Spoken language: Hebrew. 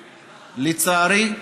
ולצערי,